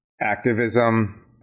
activism